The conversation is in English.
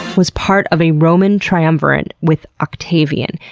was part of a roman triumvirate with octavian.